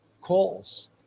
calls